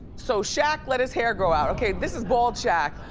so shaq let his hair grow out. okay, this is bald shaq,